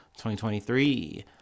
2023